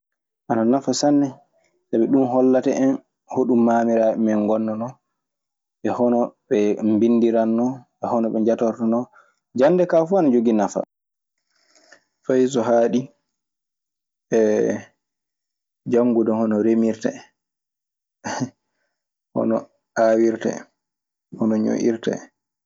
Ana naffa sanne sabi ɗun hollata en hoɗun maamiraaɓe men ngonnonoo e hono ɓe mbindirannoo e hono ɓe njatortonoo. Jannde kaa fuu ana jogii nafa. Fay so haaɗii janngude hono remirta enm, hono aawirta en, hono ño'irta en.